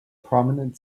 prominent